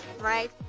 right